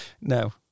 No